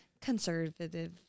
Conservative